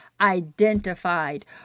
identified